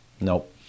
Nope